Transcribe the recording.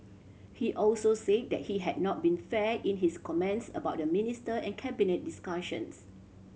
he also say that he had not been fair in his comments about the minister and Cabinet discussions